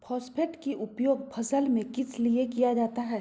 Phosphate की उपयोग फसल में किस लिए किया जाता है?